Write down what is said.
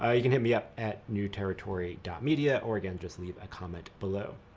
ah you can hit me up at newterritory media or again, just leave a comment below.